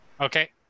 okay